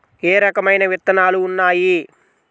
ఏ రకమైన విత్తనాలు ఉన్నాయి?